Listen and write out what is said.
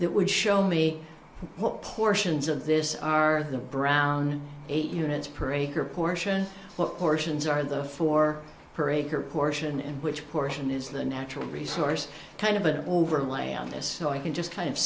that would show me what portions of this are the brown eight units per acre portion or shins are the four per acre portion and which portion is the natural resource kind of an overlay on this so i can just kind of